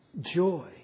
joy